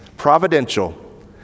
providential